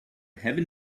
heaven